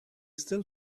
still